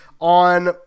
on